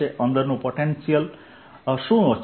અંદરનું પોટેન્શિયલ શું છે